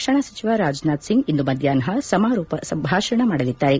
ರಕ್ಷಣಾ ಸಚಿವ ರಾಜನಾಥ್ ಸಿಂಗ್ ಇಂದು ಮಧ್ಯಾಷ್ನ ಸಮಾರೋಪ ಭಾಷಣ ಮಾಡಲಿದ್ದಾರೆ